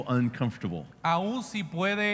uncomfortable